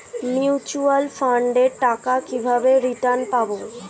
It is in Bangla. মিউচুয়াল ফান্ডের টাকা কিভাবে রিটার্ন পাব?